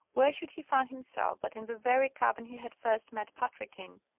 where should he find himself but in the very cabin he had first met patrick in.